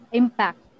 impact